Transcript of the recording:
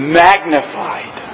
magnified